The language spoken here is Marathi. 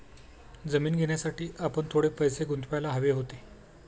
जमीन घेण्यासाठी आपण थोडे पैसे गुंतवायला हवे होते